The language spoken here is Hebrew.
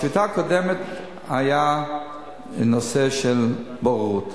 בשביתה הקודמת היה נושא של בוררות.